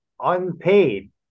unpaid